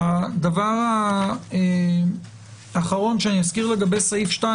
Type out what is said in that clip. הדבר האחרון שאזכיר לגבי סעיף 2